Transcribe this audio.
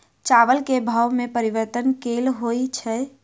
चावल केँ भाव मे परिवर्तन केल होइ छै?